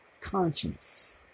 conscience